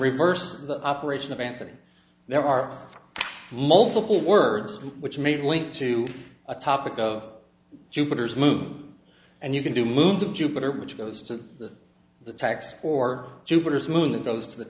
reverse the operation of anthony there are multiple words which may be linked to a topic of jupiter's moon and you can do moons of jupiter which goes to the text or jupiter's moon and goes to the